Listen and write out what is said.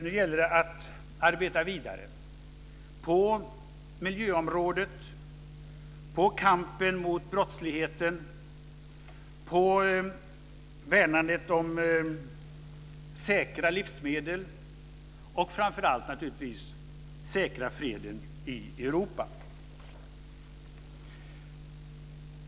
Nu gäller det att arbeta vidare på miljöområdet, när det gäller kampen mot brottsligheten, för värnandet av säkra livsmedel och framför allt för att säkra freden i Europa.